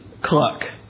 Cluck